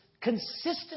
consistent